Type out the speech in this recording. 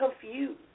confused